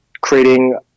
creating